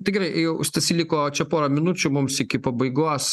tai gerai jau stasy pora liko čia pora minučių mums iki pabaigos